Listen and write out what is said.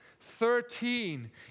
Thirteen